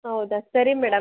ಹೌದಾ ಸರಿ ಮೇಡಮ್